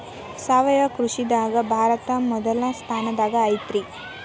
ಸಾವಯವ ಕೃಷಿದಾಗ ಭಾರತ ಮೊದಲ ಸ್ಥಾನದಾಗ ಐತ್ರಿ